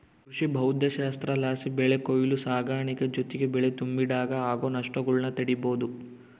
ಕೃಷಿಭೌದ್ದಶಾಸ್ತ್ರಲಾಸಿ ಬೆಳೆ ಕೊಯ್ಲು ಸಾಗಾಣಿಕೆ ಜೊತಿಗೆ ಬೆಳೆ ತುಂಬಿಡಾಗ ಆಗೋ ನಷ್ಟಗುಳ್ನ ತಡೀಬೋದು